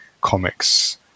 comics